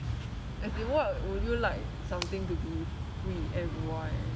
as in what would you like something to be free and why